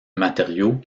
matériau